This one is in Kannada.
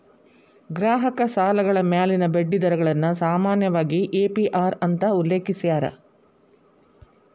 ಗ್ರಾಹಕ ಸಾಲಗಳ ಮ್ಯಾಲಿನ ಬಡ್ಡಿ ದರಗಳನ್ನ ಸಾಮಾನ್ಯವಾಗಿ ಎ.ಪಿ.ಅರ್ ಅಂತ ಉಲ್ಲೇಖಿಸ್ಯಾರ